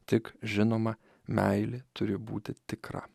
tik žinoma meilė turi būti tikra